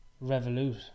revolute